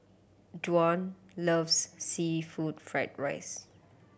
Dow loves seafood fried rice